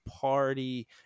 party